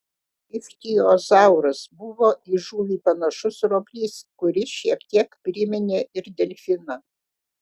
ichtiozauras buvo į žuvį panašus roplys kuris šiek tiek priminė ir delfiną